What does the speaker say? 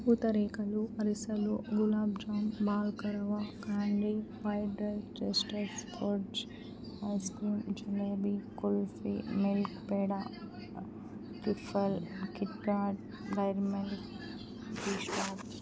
పూతరేకలు అరిసలు గులాబ్ జామ్ బాల్ కర్వా క్యాండీ వైడ్రల్ చెస్టర్స్ ఫోర్డ్జ్ ice cream jalebi kulfi milk peda టిఫల్ KitKat Dairy Milk three star